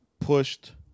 pushed